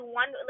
one